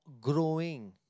growing